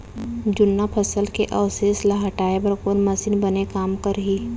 जुन्ना फसल के अवशेष ला हटाए बर कोन मशीन बने काम करही?